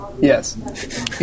Yes